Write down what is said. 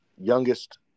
youngest